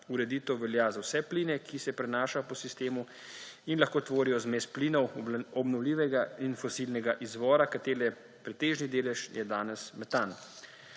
ureditev velja za vse pline, ki se prenašajo po sistemu in lahko tvorijo zmes plinov obnovljivega in fosilnega izvora, katere pretežni delež je danes metan.